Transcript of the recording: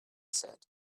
said